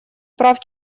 прав